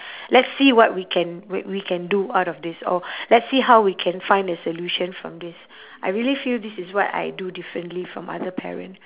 let's see what we can wai~ we can do out of this or let's see how we can find a solution from this I really feel this is what I do differently from other parent